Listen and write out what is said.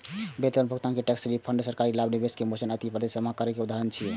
वेतन भुगतान, tax refund, सरकारी लाभ, निवेश मोचन आदि प्रत्यक्ष जमा के उदाहरण छियै